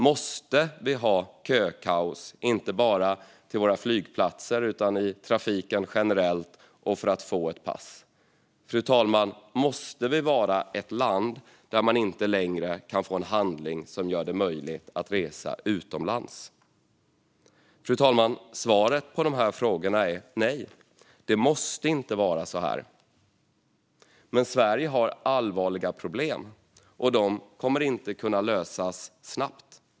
Måste vi ha kökaos inte bara till våra flygplatser utan i trafiken generellt och för att få ett pass? Måste vi, fru talman, vara ett land där man inte längre kan få en handling som gör det möjligt att resa utomlands? Fru talman! Svaret på dessa frågor är nej. Det måste inte vara så här. Men Sverige har allvarliga problem, och de kommer inte att kunna lösas snabbt.